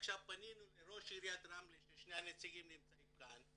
ועכשיו פנינו לראש עיריית רמלה ששני הנציגים נמצאים כאן,